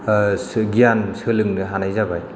गियान सोलोंनो हानाय जाबाय